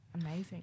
Amazing